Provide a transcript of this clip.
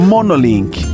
Monolink